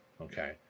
Okay